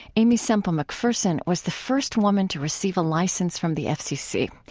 aimee semple mcpherson was the first woman to receive a license from the fcc.